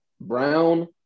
Brown